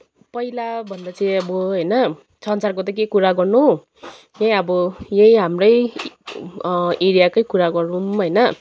पहिला भन्दा चाहिँ अब हैन संसारको त के कुरा गर्नु यही अब यही हाम्रै एरियाकै कुरा गरौँ होइन